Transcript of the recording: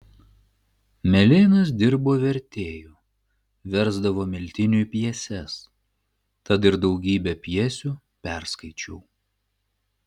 melėnas dirbo vertėju versdavo miltiniui pjeses tad ir daugybę pjesių perskaičiau